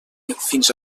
fins